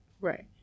right